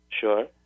Sure